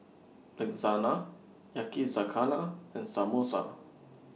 Lasagna Yakizakana and Samosa